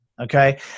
okay